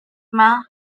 swimmer